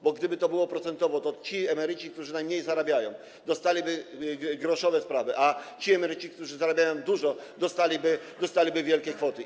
Bo gdyby to był procent, to ci emeryci, którzy najmniej zarabiają, dostaliby groszowe kwoty, a ci emeryci, którzy zarabiają dużo, dostaliby wielkie kwoty.